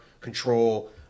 control